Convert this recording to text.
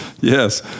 Yes